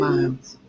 Miles